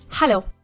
Hello